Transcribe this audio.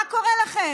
מה קורה לכם?